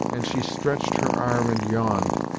and she stretched her arm and yawned,